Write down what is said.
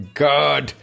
god